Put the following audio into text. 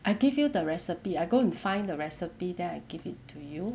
I give you the recipe I go and find the recipe then I give it to you